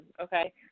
okay